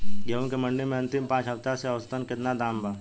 गेंहू के मंडी मे अंतिम पाँच हफ्ता से औसतन केतना दाम बा?